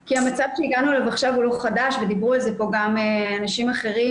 כי המצב שהגענו אליו עכשיו הוא לא חדש ודיברו על זה גם אנשים אחרים,